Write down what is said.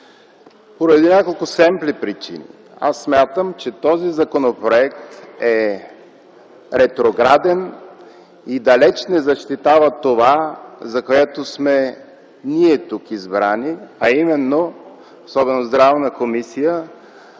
поради няколко семпли причини. Аз смятам, че този законопроект е ретрограден и далеч не защитава това, за което сме избрани ние тук, а именно здравният